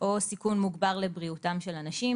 או סיכון מוגבר לבריאותם של אנשים.